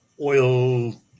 oil